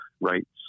rights